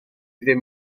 ddim